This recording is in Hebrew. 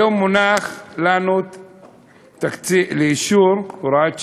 היום הונחה לנו לאישור הוראת שעה,